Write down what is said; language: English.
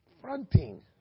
fronting